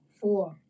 four